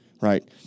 right